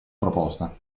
proposta